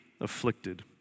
afflicted